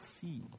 see